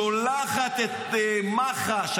שולחת את מח"ש,